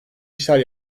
işler